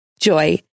Joy